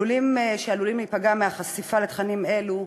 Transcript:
שעלולים להיפגע מהחשיפה לתכנים אלו,